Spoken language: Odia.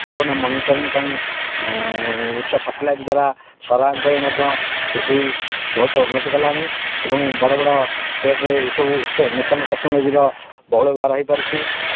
ଡ୍ରୋନ୍ ମନିଟରିଂ ପାଇଁ ଉଚ୍ଚ ସାଟେଲାଇଟ୍ ଦ୍ୱାରା ସହରାଞ୍ଚଳରେ ମଧ୍ୟ କୃଷି ବହୁତ ଉନ୍ନତି କଲାଣି ଏବଂ ବଡ଼ ବଡ଼ ଷ୍ଟେଟ୍ରେ ଏଇସବୁ ନୂତନ ଟେକ୍ନୋଲୋଜିର ବହୁଳ ବ୍ୟବହାର ହେଇପାରୁଛି